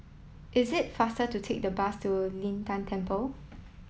it is faster to take the bus to Lin Tan Temple